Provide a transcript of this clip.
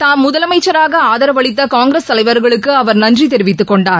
தாம் முதலமைச்சராக ஆதரவளித்த காங்கிரஸ் தலைவர்களுக்கு அவர் நன்றி தெரிவித்துக் கொண்டார்